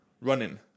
Running